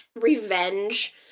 revenge